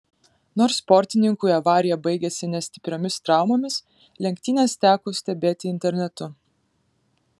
nors sportininkui avarija baigėsi ne stipriomis traumomis lenktynes teko stebėti internetu